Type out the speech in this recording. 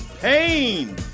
pain